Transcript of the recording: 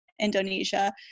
Indonesia